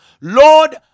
Lord